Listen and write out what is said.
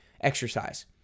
exercise